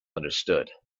understood